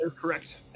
correct